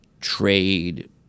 trade